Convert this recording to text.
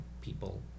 people